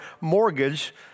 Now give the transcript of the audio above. mortgage